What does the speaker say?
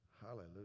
Hallelujah